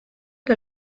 que